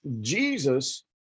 Jesus